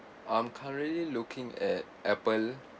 I'm currently looking at apple